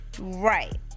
right